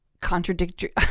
contradictory